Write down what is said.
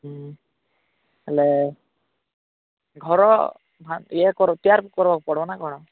ହୁଁ ହେଲେ ଘର ଇଏ ତିଆରି କରିବାକୁ ପଡ଼ିବ ନା କ'ଣ